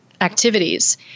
activities